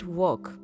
work